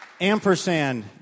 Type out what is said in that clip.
ampersand